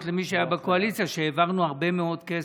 למי שהיה בקואליציה שהעברנו הרבה מאוד כסף.